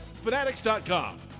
Fanatics.com